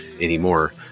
anymore